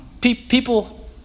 people